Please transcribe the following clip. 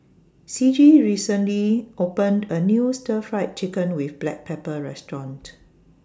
Ciji recently opened A New Stir Fried Chicken with Black Pepper Restaurant